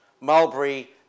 mulberry